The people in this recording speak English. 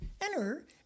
Enter